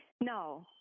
No